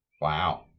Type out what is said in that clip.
Wow